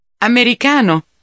Americano